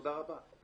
תודה רבה.